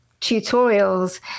tutorials